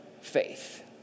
faith